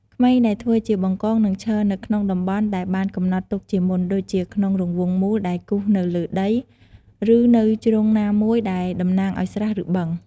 ក្មេងដែលធ្វើជា បង្កង នឹងឈរនៅក្នុងតំបន់ដែលបានកំណត់ទុកជាមុន ដូចជាក្នុងរង្វង់មូលដែលគូសនៅលើដី ឬនៅជ្រុងណាមួយដែលតំណាងឱ្យ ស្រះ ឬ បឹង។